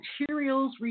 materials